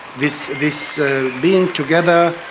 this this being together,